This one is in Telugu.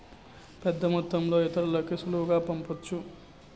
పెద్దమొత్తంలో ఇతరులకి సులువుగా పంపొచ్చు